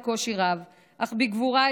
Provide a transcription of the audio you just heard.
בקושי רב אך בגבורה,